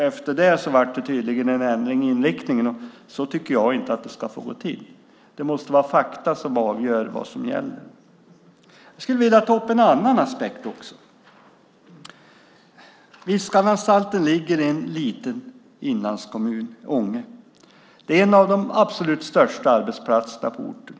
Efter det blev det tydligen en ändring i inriktningen. Så tycker inte jag att det ska få gå till. Det måste vara fakta som avgör vad som gäller. Jag skulle vilja ta upp en annan aspekt också. Viskananstalten ligger i en liten inlandskommun - Ånge. Det är en av de absolut största arbetsplatserna på orten.